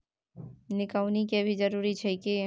निकौनी के भी जरूरी छै की?